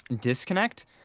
disconnect